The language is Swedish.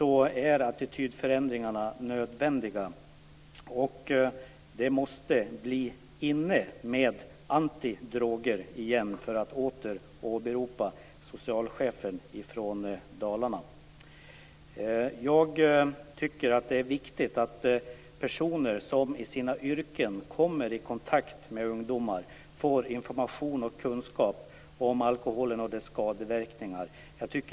Attitydförändringar är nödvändiga. Det måste bli inne med antidroger igen, för att åter åberopa socialchefen i Dalarna. Jag tycker att det är viktigt att personer som i sina yrken kommer i kontakt med ungdomar får information och kunskap om alkohol och dess skadeverkningar.